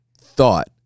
thought